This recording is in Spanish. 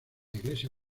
iglesia